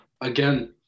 again